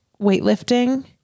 weightlifting